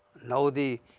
now, the,